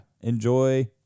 Enjoy